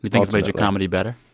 you think it's made your comedy better?